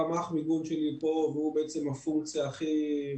רמ"ח מיגון שלי פה והוא בעצם הפונקציה הכי בקיאה בכך.